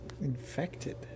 Infected